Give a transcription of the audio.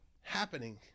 happening